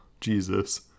Jesus